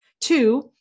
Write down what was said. Two